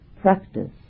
practice